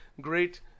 great